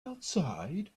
outside